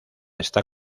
está